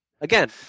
again